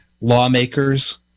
lawmakers